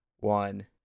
one